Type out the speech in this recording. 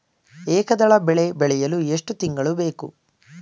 ಏಕದಳ ಬೆಳೆ ಬೆಳೆಯಲು ಎಷ್ಟು ತಿಂಗಳು ಬೇಕು?